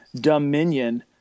Dominion